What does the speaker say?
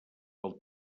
pel